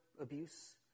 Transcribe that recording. abuse